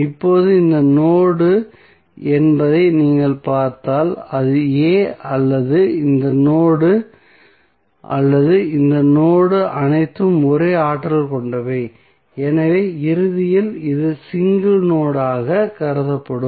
இப்போது இந்த நோடு என்பதை நீங்கள் பார்த்தால் இது a அல்லது இந்த நோடு அல்லது இந்த நோடு அனைத்தும் ஒரே ஆற்றல் கொண்டவை எனவே இறுதியில் இது சிங்கிள் நோட் ஆக கருதப்படும்